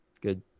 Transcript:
Good